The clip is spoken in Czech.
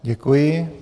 Děkuji.